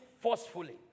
forcefully